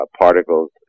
particles